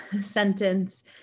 sentence